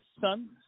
son